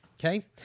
okay